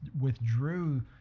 withdrew